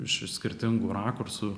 iš skirtingų rakursų